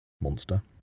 monster